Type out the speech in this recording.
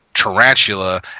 tarantula